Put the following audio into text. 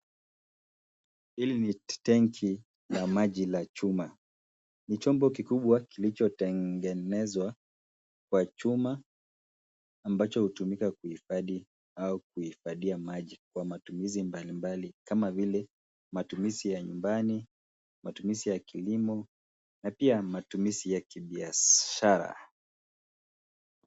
Hili ni tenki ya maji la chuma. Ni chombo kikubwa kilichotengenezwa kwa chuma ambacho hutumika kuhifadhi au kuhifadhia maji kwa matumizi mbalimbali kama vile matumizi ya nyumbani, matumizi ua kilimo na pia, matumizi ya kibiashara.